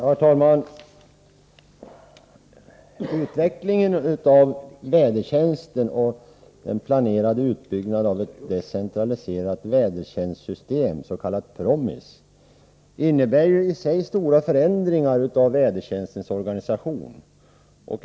Herr talman! Utvecklingen av vädertjänsten och den planerade utbyggnaden av ett decentraliserat vädertjänstssystem, det s.k. PROMIS-systemet, innebär i sig stora förändringar av vädertjänstens organisation.